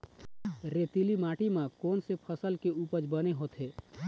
रेतीली माटी म कोन से फसल के उपज बने होथे?